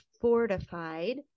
fortified